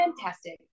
Fantastic